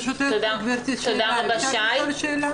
ברשותך גברתי, שאלה.